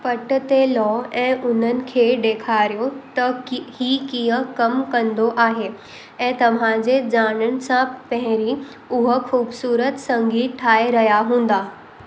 पट ते लहो ऐं उन्हनि खे ॾेखारियो त ई कीअं कमु कंदो आहे ऐं तव्हांजे जाणण सां पहिरीं हूअ ख़ूबसूरत संगीतु ठाहे रहिया हूंदा